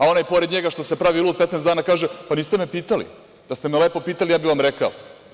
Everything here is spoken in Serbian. A onaj pored njega što se pravi lud 15 dana kaže – pa niste me pitali, da ste me lepo pitali, ja bih vam rekao.